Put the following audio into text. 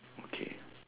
okay